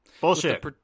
Bullshit